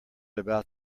about